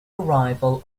arrival